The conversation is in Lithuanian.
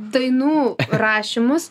dainų rašymus